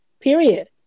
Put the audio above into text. Period